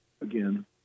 again